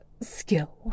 skill